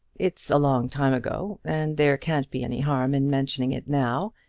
it's a long time ago, and there can't be any harm in mentioning it now.